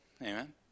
Amen